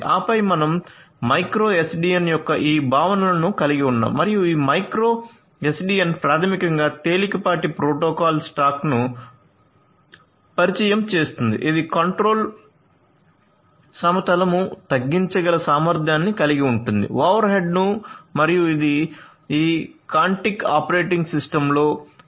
ఆపై మనం micro SDN యొక్క ఈ భావనలను కలిగి ఉన్నాo మరియు ఈ మైక్రో SDN ప్రాథమికంగా తేలికపాటి ప్రోటోకాల్ స్టాక్ను పరిచయం చేస్తుంది ఇది కంట్రోల్ సమతలము తగ్గించగల సామర్థ్యాన్ని కలిగి ఉంటుంది ఓవర్హెడ్ను మరియు ఇది ఈ కాంటికి ఆపరేటింగ్ సిస్టమ్లో IEEE 802